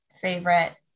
favorite